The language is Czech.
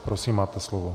Prosím, máte slovo.